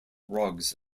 rugs